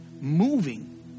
moving